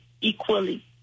equally